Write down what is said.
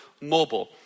mobile